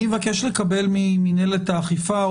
אני מבקש לקבל ממנהלת האכיפה,